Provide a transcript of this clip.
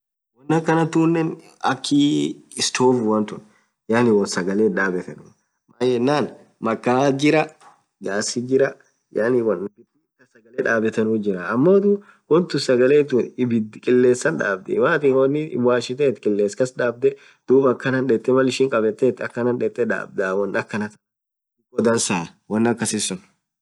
Wonn akhan tunen akhii stovuan thun yaani wonn sagale ithi dhabethenu maanenan makhaathi jirah gasthi jirah yaani wonn sagale dhabethenu nuth jirah ammothu wonthun sagale thun ibdhi qiles dhabdhii woathin wonni washethethu qiles kas dhabdhe dhub akhanan dhethe Mal ishin khabethe akhanan dhethe dhabdha dhiko dhansaa wonn aksisun